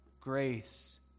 Grace